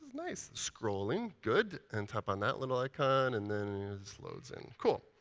nice! scrolling, good, and tap on that little icon. and then this loads in. cool.